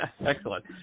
Excellent